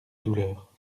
douleur